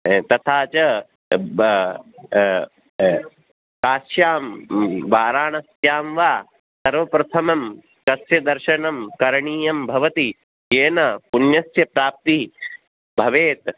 तथा च काश्यां वाराणस्यां वा सर्वप्रथमं कस्य दर्शनं करणीयं भवति येन पुण्यस्य प्राप्तिः भवेत्